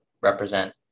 represent